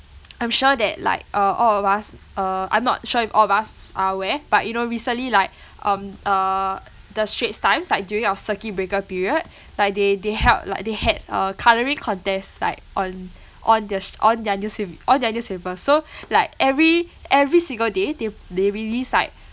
I'm sure that like uh all of us uh I'm not sure if all of us are aware but you know recently like um uh the straits times like during our circuit breaker period like they they held like they had a colouring contest like on on the on their newspa~ on their newspaper so like every every single day they they release like